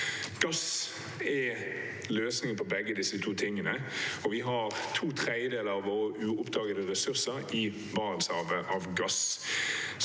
Gass er løsningen på begge disse to tingene, og vi har to tredjedeler av våre uoppdagede gassressurser i Barentshavet.